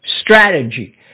strategy